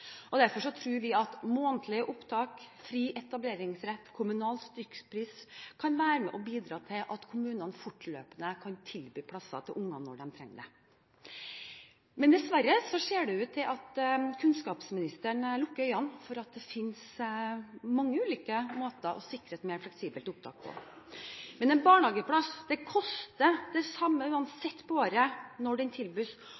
og derfor tror vi at månedlige opptak, fri etableringsrett og kommunal stykkpris kan være med og bidra til at kommunene fortløpende kan tilby plasser til ungene når de trenger det. Dessverre ser det ut til at kunnskapsministeren lukker øynene for at det finnes mange ulike måter å sikre et mer fleksibelt opptak på. Men en barnehageplass koster det samme,